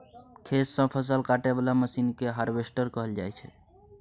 खेत सँ फसल काटय बला मशीन केँ हार्वेस्टर कहल जाइ छै